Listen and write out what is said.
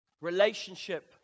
Relationship